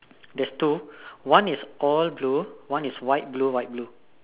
there is two one is all blue one is white blue white blue